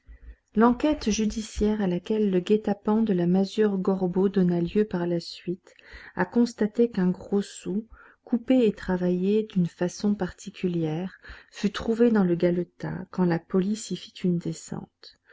l'enquête judiciaire à laquelle le guet-apens de la masure gorbeau donna lieu par la suite a constaté qu'un gros sou coupé et travaillé d'une façon particulière fut trouvé dans le galetas quand la police y fît une descente